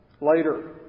Later